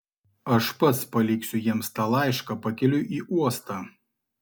aš pats paliksiu jiems tą laišką pakeliui į uostą